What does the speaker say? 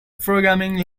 programming